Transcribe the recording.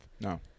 No